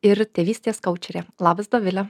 ir tėvystės koučerė labas dovile